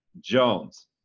Jones